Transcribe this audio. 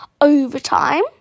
overtime